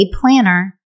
planner